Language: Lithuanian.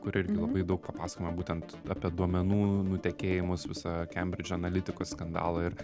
kuri irgi labai daug papasakojama būtent apie duomenų nutekėjimus visą kembridž analitikos skandalą ir